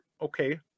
okay